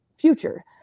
future